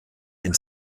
and